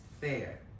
fair